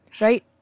right